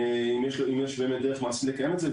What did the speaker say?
האם יש לו דרך מעשית לקיים את זה.